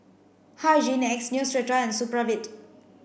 Hygin X Neostrata and Supravit